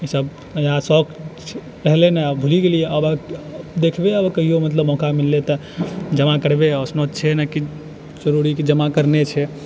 ई सब शौक पहिने ने भूली गेलियै अब देखबै कहियो मौका मिललै तऽ जमा करबै ओइसनो छै नहि कि जरुरी कि जमा करने छै